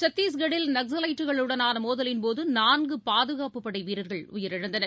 சத்தீஸ்கட்டில் நக்ஸவைட்டுகளுடனான மோதலின்போது நான்கு பாதுகாப்பு படை வீரர்கள் உயிரிழந்தனர்